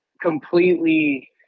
completely